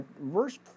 verse